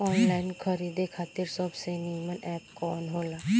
Online खरीदे खातिर सबसे नीमन एप कवन हो ला?